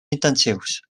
intensius